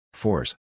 Force